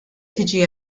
tiġi